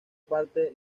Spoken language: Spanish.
parte